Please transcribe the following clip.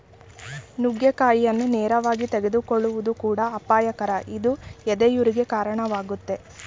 ನುಗ್ಗೆಕಾಯಿಯನ್ನು ನೇರವಾಗಿ ತೆಗೆದುಕೊಳ್ಳುವುದು ಕೂಡ ಅಪಾಯಕರ ಇದು ಎದೆಯುರಿಗೆ ಕಾಣವಾಗ್ತದೆ